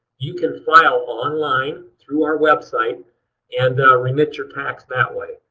you can file online through our website and remit your tax that way.